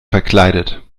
verkleidet